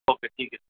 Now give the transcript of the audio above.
okay ठीक है